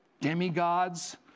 demigods